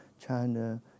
China